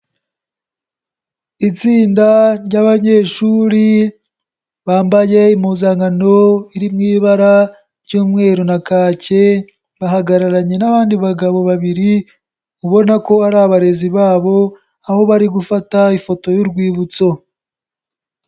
Itsinda ry'abanyeshuri bambaye impuzankano iri mu ibara ry'umweru na kake, bahagararanye n'abandi bagabo babiri ubona ko ari abarezi babo aho bari gufata ifoto y'urwibutso.